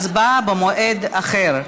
כאמור, תשובה והצבעה במועד אחר.